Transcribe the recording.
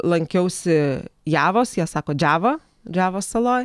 lankiausi javos jie sako džava džavos saloj